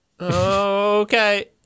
Okay